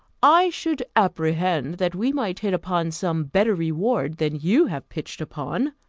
i should apprehend that we might hit upon some better reward than you have pitched upon.